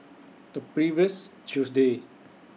The previous Tuesday